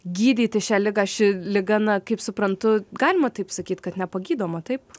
gydyti šią ligą ši liga na kaip suprantu galima taip sakyt kad nepagydoma taip